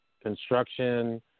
construction